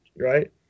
Right